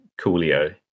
Coolio